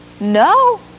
No